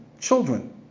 children